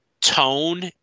tone